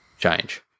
change